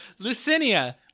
Lucinia